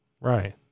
Right